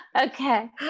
Okay